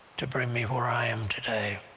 to bring me where i am today,